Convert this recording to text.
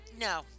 No